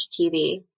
tv